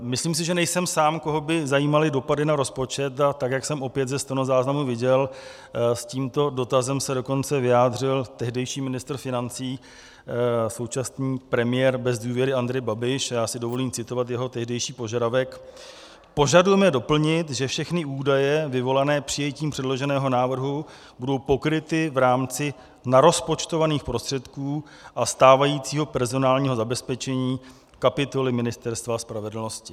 Myslím si, že nejsem sám, koho by zajímaly dopady na rozpočet, a tak jak jsem opět ze stenozáznamu viděl, s tímto dotazem se dokonce vyjádřil tehdejší ministr financí, současný premiér bez důvěry Andrej Babiš, a já si dovolím citovat jeho tehdejší požadavek: Požadujeme doplnit, že všechny údaje vyvolané přijetím předloženého návrhu budou pokryty v rámci narozpočtovaných prostředků a stávajícího personálního zabezpečení kapitoly Ministerstva spravedlnosti.